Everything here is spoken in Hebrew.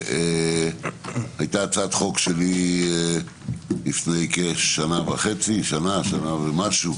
שהייתה הצעת חוק שלי לפני כשנה וחצי, שנה ומשהו,